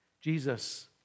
Jesus